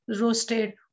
roasted